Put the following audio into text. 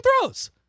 throws